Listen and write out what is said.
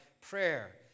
prayer